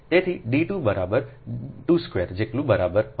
તેથી d 2 બરાબર 2 square જેટલું બરાબર 1